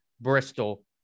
Bristol